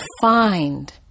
find